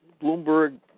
Bloomberg